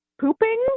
pooping